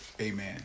amen